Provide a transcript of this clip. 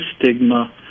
stigma